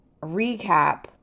recap